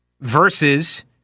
versus